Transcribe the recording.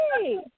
hey